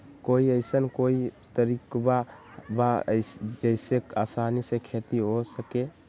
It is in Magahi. कोई अइसन कोई तरकीब बा जेसे आसानी से खेती हो सके?